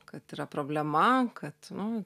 kad yra problema kad nu